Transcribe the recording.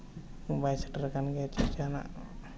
ᱵᱟᱭ ᱥᱮᱴᱮᱨ ᱟᱠᱟᱱ ᱜᱮᱭᱟ ᱪᱮᱫ ᱡᱟᱦᱟᱱᱟᱜ